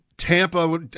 Tampa